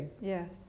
Yes